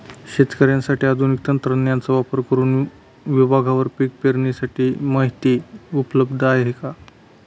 शेतकऱ्यांसाठी आधुनिक तंत्रज्ञानाचा वापर करुन विभागवार पीक पेरणीची माहिती उपलब्ध आहे का?